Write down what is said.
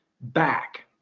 back